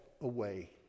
away